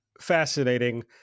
fascinating